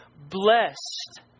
blessed